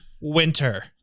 winter